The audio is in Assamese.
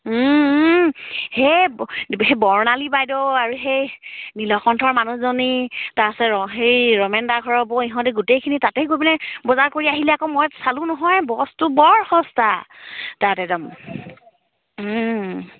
সেই সেই বৰ্ণালী বাইদেউ আৰু সেই নীলকণ্ঠৰ মানুহজনী তাৰপাছত সেই ৰমেণ দাৰ ঘৰৰ বৌ ইহঁতে গোটেইখিনি তাতেই গৈ পিনে বজাৰ কৰি আহিলে আকৌ মই চালোঁ নহয় বস্তু বৰ সস্তা তাত একদম